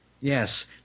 Yes